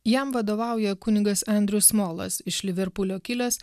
jam vadovauja kunigas andrius molas iš liverpulio kilęs